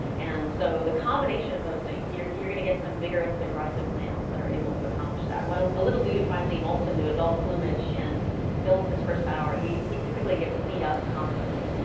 and so with the combination of those things, you're you're going to get some vigorous, aggressive males that are able to accomplish that. when a little dude finally moults into adult plumage and builds his first bower he he typically gets beat up constantly.